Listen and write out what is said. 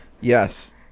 Yes